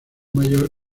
mayor